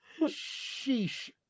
Sheesh